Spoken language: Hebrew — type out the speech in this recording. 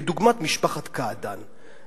כדוגמת משפחת קעדאן,